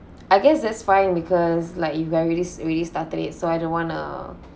I guess that's fine because like if you are really really started it so I don't want to